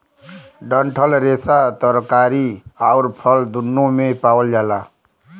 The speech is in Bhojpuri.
डंठल रेसा तरकारी आउर फल दून्नो में पावल जाला